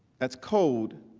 that is code